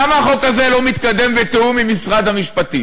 למה החוק הזה לא מתקדם בתיאום עם משרד המשפטים?